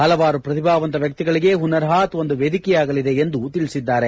ಹಲವಾರು ಪ್ರತಿಭಾವಂತ ವ್ಯಕ್ತಿಗಳಿಗೂ ಹುನರ್ ಹಾತ್ ಒಂದು ವೇದಿಕೆಯಾಗಿದೆ ಎಂದು ತಿಳಿಸಿದ್ದಾರೆ